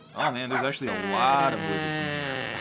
oh man, there's actually a lot of widgets in here.